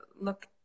look